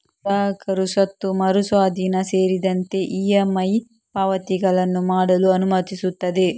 ಗ್ರಾಹಕರು ಸ್ವತ್ತು ಮರು ಸ್ವಾಧೀನ ಸೇರಿದಂತೆ ಇ.ಎಮ್.ಐ ಪಾವತಿಗಳನ್ನು ಮಾಡಲು ಅನುಮತಿಸುತ್ತದೆ